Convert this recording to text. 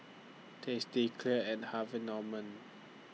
tasty Clear and Harvey Norman